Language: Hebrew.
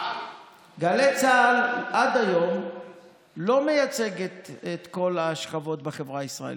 גלי צה"ל עד היום לא מייצגת את כל השכבות בחברה הישראלית.